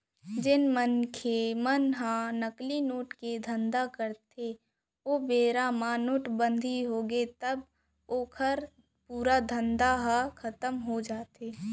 जेन मनसे मन ह नकली नोट के धंधा करथे ओ बेरा म नोटबंदी होगे तब तो ओखर पूरा धंधा ह खतम हो जाथे